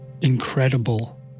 incredible